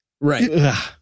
Right